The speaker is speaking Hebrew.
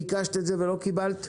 ביקשת את זה ולא קיבלת?